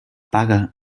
paga